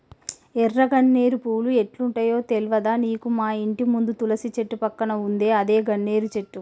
ఎర్ర గన్నేరు పూలు ఎట్లుంటయో తెల్వదా నీకు మాఇంటి ముందు తులసి చెట్టు పక్కన ఉందే అదే గన్నేరు చెట్టు